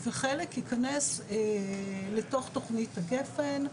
וחלק ייכנס לתוך תוכנית הגפן,